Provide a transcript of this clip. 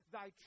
Thy